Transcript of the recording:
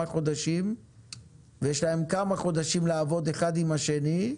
חודשים ויש להם כמה חודשים לעבוד אחד עם השני,